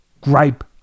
gripe